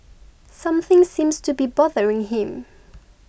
something seems to be bothering him